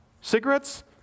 Cigarettes